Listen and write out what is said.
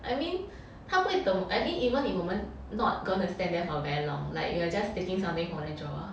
I mean 他不会等 I think even if 我们 not gonna stand there for very long like we are just taking something from the drawer